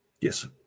Yes